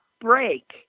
break